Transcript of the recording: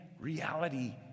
reality